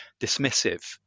dismissive